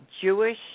Jewish